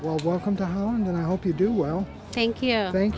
well welcome to home and i hope you do well thank you thank